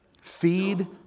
Feed